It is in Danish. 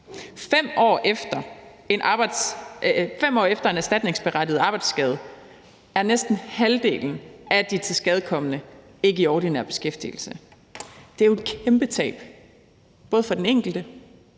5 år efter en erstatningsberettiget arbejdsskade er næsten halvdelen af de tilskadekomne ikke i ordinær beskæftigelse. Det er jo et kæmpe tab, både for den enkelte,